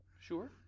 Sure